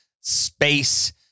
space